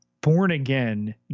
born-again